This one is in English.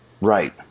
Right